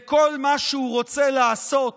וכל מה שהוא רוצה לעשות